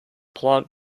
plant